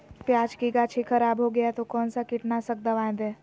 प्याज की गाछी खराब हो गया तो कौन सा कीटनाशक दवाएं दे?